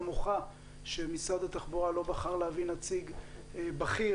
מוחה שמשרד התחבורה לא בחר להביא נציג בכיר